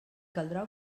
caldrà